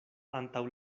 antaŭ